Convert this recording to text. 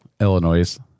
Illinois